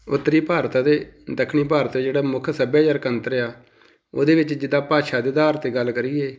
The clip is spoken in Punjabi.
ਉੱਤਰੀ ਭਾਰਤ ਅਤੇ ਦੱਖਣੀ ਭਾਰਤ ਜਿਹੜਾ ਮੁੱਖ ਸੱਭਿਆਚਾਰਕ ਅੰਤਰ ਏ ਆ ਉਹਦੇ ਵਿੱਚ ਜਿੱਦਾਂ ਭਾਸ਼ਾ ਦੇ ਆਧਾਰ 'ਤੇ ਗੱਲ ਕਰੀਏ